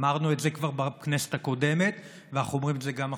אמרנו את זה כבר בכנסת הקודמת ואנחנו אומרים את זה גם עכשיו.